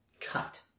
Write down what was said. cut